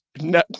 No